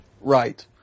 Right